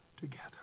together